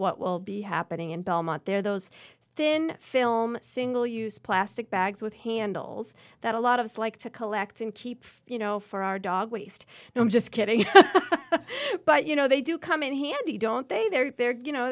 what will be happening in belmont there those thin film single use plastic bags with handles that a lot of us like to collect and keep you know for our dog waste no just kidding but you know they do come in handy don't they they're there you know